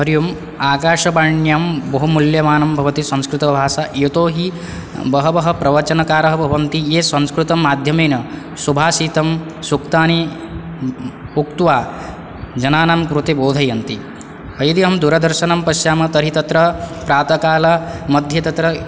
हरि ओम् आकाशवाण्यां बहु मुल्यमानं भवति संस्कृतभाषा यतो हि बहवः प्रवचनकारः भवन्ति ये संस्कृतमाध्यमेन सुभाषितं सूक्तानि उक्त्वा जनानां कृते बोधयन्ति ऐदिहं दुरदर्शनं पश्यामः तर्हि तत्र प्रातःकाल मध्ये तत्र